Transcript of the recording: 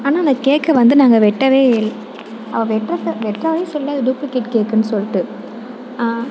ஆனால் அந்த கேக்கை வந்து நாங்கள் வெட்டவே இல் அவள் வெட்டுறத வெட்டுறாதன் சொல்லி அது டூப்ளிகேட் கேக்குன் சொல்லிட்டு